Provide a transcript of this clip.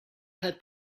had